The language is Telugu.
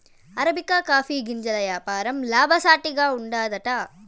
అరబికా కాఫీ గింజల యాపారం లాభసాటిగా ఉండాదట